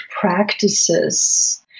practices